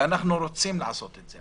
ואנחנו רוצים לעשות את זה.